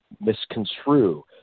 misconstrue